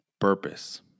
purpose